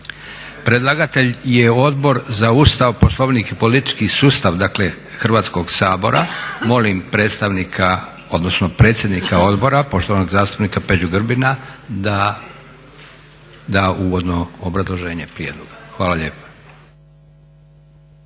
Predlagatelj Odbor za Ustav, Poslovnik i politički sustav Molim predstavnika, odnosno predsjednika Odbora poštovanog zastupnika Peđu Grbina da da uvodno obrazloženje prijedloga. Hvala lijepa.